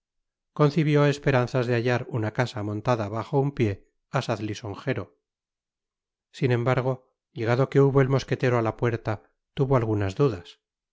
concibió esperanzas de hallar una casa montada bajo un pié asaz lisonjero sin embargo llegado que hubo el mosquetero á la puerta tuvo algunas dudas